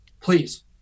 Please